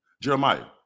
Jeremiah